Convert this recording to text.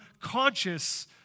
conscious